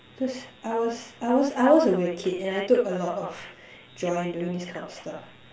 because I was I was I was a weird kid and I took a lot of joy in doing this kind of stuff